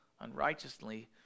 unrighteously